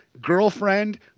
girlfriend